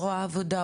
זרוע העבודה,